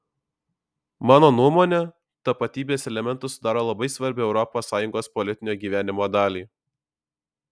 mano nuomone tapatybės elementas sudaro labai svarbią europos sąjungos politinio gyvenimo dalį